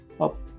up